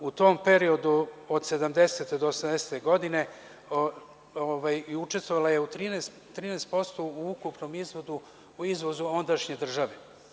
U tom periodu, od 1970. do 1980. godine, učestvovala je 13% u ukupnom izvozu ondašnje države.